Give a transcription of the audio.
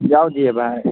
ꯌꯥꯎꯗꯦꯌꯦ ꯚꯥꯏ